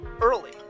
early